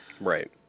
Right